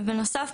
בנוסף,